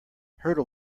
hurdle